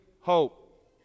hope